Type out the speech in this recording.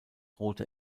rote